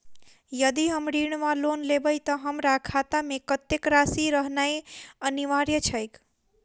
यदि हम ऋण वा लोन लेबै तऽ हमरा खाता मे कत्तेक राशि रहनैय अनिवार्य छैक?